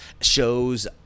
shows